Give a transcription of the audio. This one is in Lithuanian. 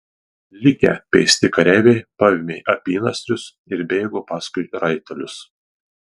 likę pėsti kareiviai paėmė apynasrius ir bėgo paskui raitelius